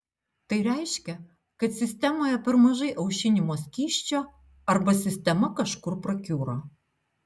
tai reiškia kad sistemoje per mažai aušinimo skysčio arba sistema kažkur prakiuro